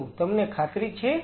પરંતુ તમને ખાતરી છે